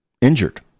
injured